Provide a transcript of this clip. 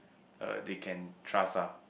uh they can trust ah